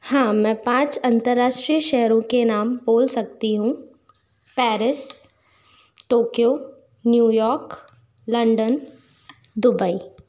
हाँ मैं पाँच अंतराष्ट्रीय शहरों के नाम बोल सकती हूँ Paris Tokyo New York London Dubai